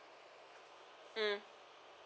mm